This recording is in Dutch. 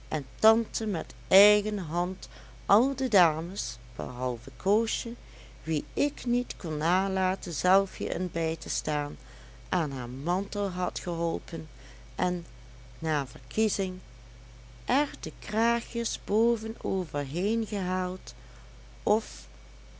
en tante met eigen hand al de dames behalve koosje wie ik niet kon nalaten zelf hierin bij te staan aan haar mantel had geholpen en naar verkiezing er de kraagjes boven overheen gehaald of